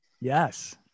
Yes